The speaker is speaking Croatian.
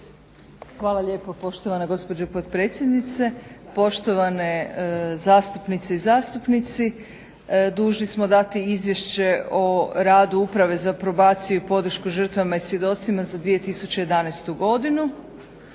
Hvala lijepo poštovana gospođo potpredsjednice, poštovane zastupnice i zastupnici. Dužni smo dati izvješće o radu Uprave za probaciju i podršku žrtvama i svjedocima za 2011. godinu.